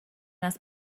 است